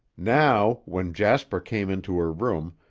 now, when jasper came into her room,